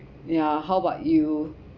yeah how about you